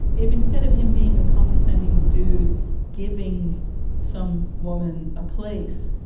if instead of him being a condescending dude giving some woman a place,